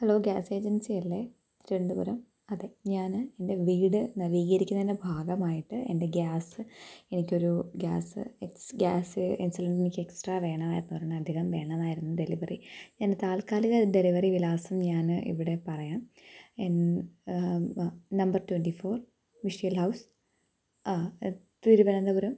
hello gas agency അല്ലേ തിരുവനന്തപുരം അതെ ഞാൻ എൻ്റെ വീട് നവീകരിക്കുന്നതിൻ്റെ ഭാഗമായിട്ട് എൻ്റെ ഗ്യാസ് എനിക്ക് ഒരു ഗ്യാസ് എക്സ്ട്രാ ഗ്യാസ് സിലിണ്ടറ് എനിക്ക് എക്സ്ട്രാ വേണമായിരുന്നു ഒരു എണ്ണം അധികം വേണമായിരുന്നു ഡെലിവറി എൻ്റെ താൽകാലിക ഡെലിവറി വിലാസം ഞാൻ ഇവിടെ പറയാം number twenty four Michelle house Thiruvananthapuram